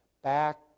back